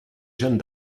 jeanne